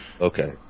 Okay